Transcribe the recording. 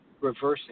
reversing